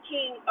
King